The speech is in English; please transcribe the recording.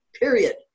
period